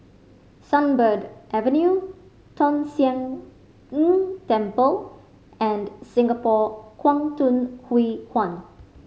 Sunbird Avenue Tong Sian Tng Temple and Singapore Kwangtung Hui Huan